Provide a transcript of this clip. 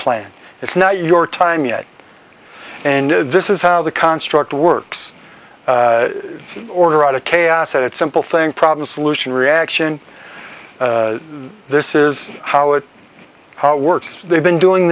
plan it's not your time yet and this is how the construct works order out of chaos and it's simple thing problem solution reaction this is how it works they've been doing